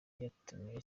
yatumiye